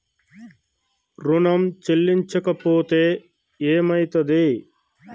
ఋణం చెల్లించకపోతే ఏమయితది?